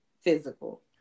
physical